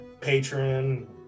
patron